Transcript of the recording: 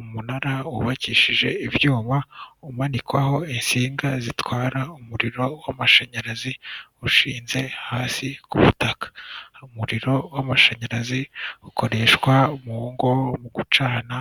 Umunara wubakishije ibyuma, umanikwaho insinga zitwara umuriro w'amashanyarazi ushinze hasi ku butaka, umuriro w'amashanyarazi ukoreshwa umu ngo mu gucana